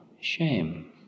shame